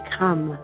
come